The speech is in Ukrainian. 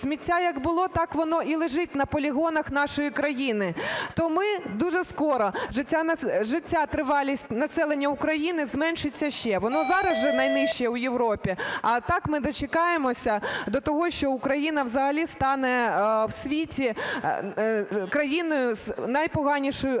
сміття як було, так воно і лежить на полігонах нашої країни, то ми дуже скоро, життя, тривалість, населення України зменшиться ще. Воно зараз вже найнижче у Європі, а так ми дочекаємося до того, що Україна взагалі стане в світі країною з найпоганішою екологією,